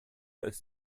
ist